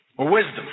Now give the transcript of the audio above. wisdom